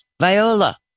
Viola